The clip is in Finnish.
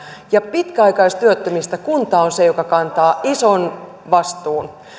pitkäaikaistyöttömistä kunta on se joka kantaa ison vastuun